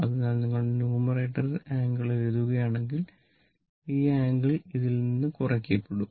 അതിനാൽ നിങ്ങൾ ന്യൂമറേറ്ററിൽ ആംഗിൾ എഴുതുകയാണെങ്കിൽ ഈ ആംഗിൾ ഇതിൽ നിന്ന് കുറയ്ക്കപ്പെടും